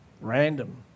random